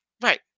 Right